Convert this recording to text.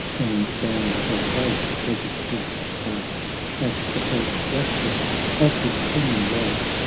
and bound as does a pregnant woman's heart at the first rapture of the springing life.